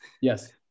Yes